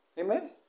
Amen